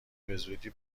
بزودی